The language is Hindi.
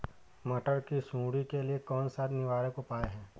मटर की सुंडी के लिए कौन सा निवारक उपाय है?